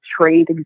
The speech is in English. Trade